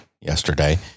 yesterday